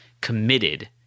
committed